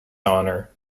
honor